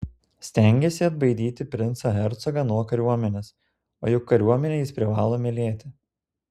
stengėsi atbaidyti princą hercogą nuo kariuomenės o juk kariuomenę jis privalo mylėti